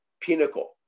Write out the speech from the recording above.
pinnacle